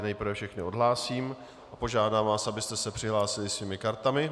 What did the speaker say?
Nejprve vás tedy všechny odhlásím a požádám vás, abyste se přihlásili svými kartami.